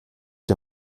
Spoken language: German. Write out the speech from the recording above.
der